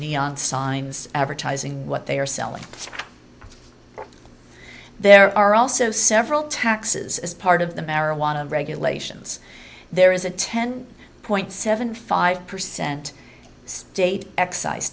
neon signs advertising what they are selling there are also several taxes as part of the marijuana regulations there is a ten point seven five percent state excise